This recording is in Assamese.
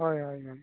হয় হয় হয়